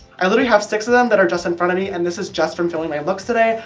i literally have six of them that are just in front of me, and this is just from filming my looks today.